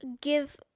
give